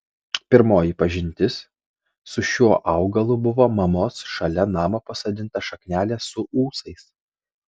pirmoji pažintis su šiuo augalu buvo mamos šalia namo pasodinta šaknelė su ūsais